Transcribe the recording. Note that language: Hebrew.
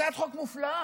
הצעת חוק מופלאה,